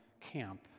camp